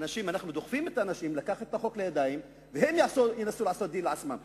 אנחנו דוחפים את האנשים לקחת את החוק לידיים והם ינסו לעשות דין לעצמם,